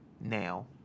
now